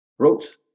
wrote